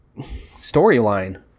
storyline